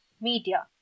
media